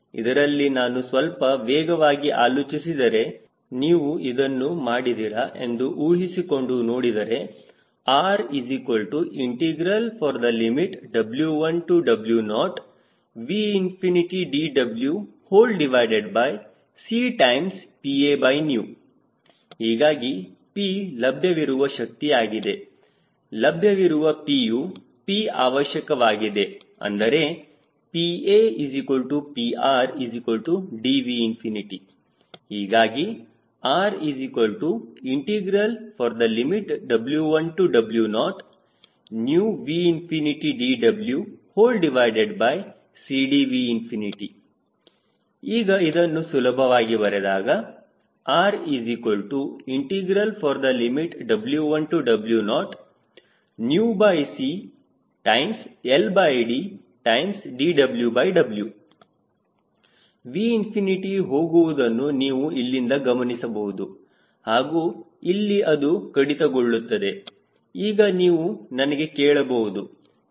ಇದರಲ್ಲಿ ನಾನು ಸ್ವಲ್ಪ ವೇಗವಾಗಿ ಆಲೋಚಿಸಿದರೆ ನೀವು ಇದನ್ನು ಮಾಡಿದಿರಾ ಎಂದು ಊಹಿಸಿಕೊಂಡು ನೋಡಿದರೆ RW1W0VdWCPA ಹೀಗಾಗಿ P ಲಭ್ಯವಿರುವ ಶಕ್ತಿ ಆಗಿದೆ ಲಭ್ಯವಿರುವ Pಯು P ಅವಶ್ಯಕವಾಗಿದೆ ಅಂದರೆ PAPRDV ಹೀಗಾಗಿ RW1W0VdWCDV ಈಗ ಇದನ್ನು ಸುಲಭವಾಗಿ ಬರೆದಾಗ RW1W0CLDdWW 𝑉ꝏ ಹೋಗುವುದನ್ನು ನೀವು ಇಲ್ಲಿಂದ ಗಮನಿಸಬಹುದು ಹಾಗೂ ಇಲ್ಲಿ ಅದು ಕಡಿತಗೊಳ್ಳುತ್ತದೆ ಈಗ ನೀವು ನನಗೆ ಕೇಳಬಹುದು ಹೇಗೆ